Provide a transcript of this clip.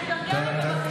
זה נכון.